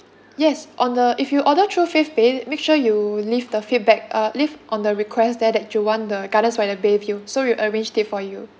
yes on the if you order through fave pay make sure you leave the feedback uh leave on the request there that you want the gardens by the bay view so we'll arranged it for you